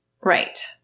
right